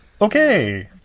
Okay